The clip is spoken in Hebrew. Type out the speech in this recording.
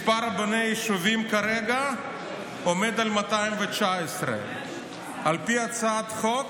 מספר רבני היישובים כרגע עומד על 219. על פי הצעת החוק,